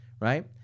right